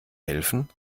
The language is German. helfen